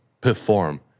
perform